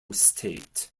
state